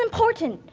important,